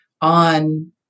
on